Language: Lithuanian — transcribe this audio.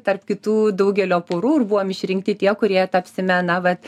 tarp kitų daugelio porų ir buvom išrinkti tie kurie tapsime na vat